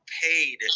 paid